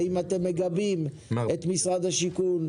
האם אתם מגבים את משרד השיכון,